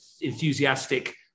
enthusiastic